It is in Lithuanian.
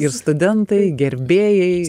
ir studentai gerbėjai